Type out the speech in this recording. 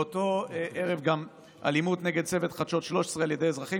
באותו ערב גם אלימות נגד צוות חדשות 13 על ידי אזרחים,